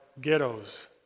ghettos